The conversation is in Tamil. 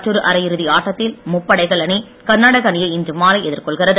மற்றொரு அரைஇறுதி ஆட்டத்தில் முப்படைகள் அணி கர்நாடக அணியை இன்று மாலை எதிர்கொள்கிறது